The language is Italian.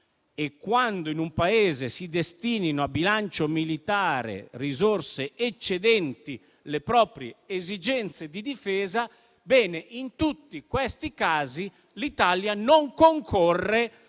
o quando in un Paese si destinino al bilancio militare risorse eccedenti le proprie esigenze di difesa, in tutti questi casi l'Italia non concorra